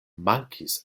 mankis